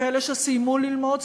כאלה שסיימו ללמוד,